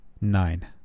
Nine